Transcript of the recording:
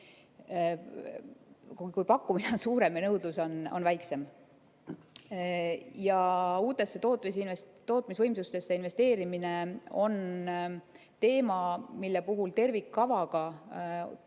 Pakkumine on suurem ja nõudlus on väiksem. Ja uutesse tootmisvõimsustesse investeerimine on teema, mille puhul tervikkavaga tuleb